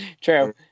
True